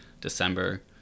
december